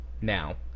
now